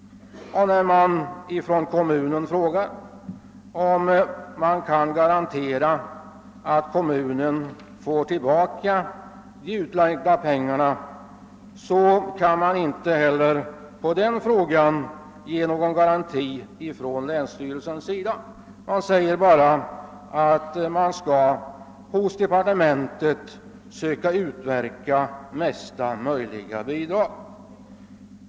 Och när kommunen frågar, om länsstyrelsen kan garantera att kommunen får tillbaka de utlagda pengarna, svarar länsstyrelsen att man inte kan ge någon sådan garanti men att man skall söka hos departementet utverka största möjliga bidrag.